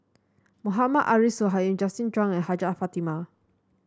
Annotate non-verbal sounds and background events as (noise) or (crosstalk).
Mohammad Arif (unintelligible) Justin Zhuang and Hajjah Fatimah